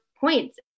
points